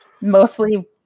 Mostly